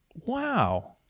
Wow